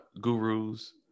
gurus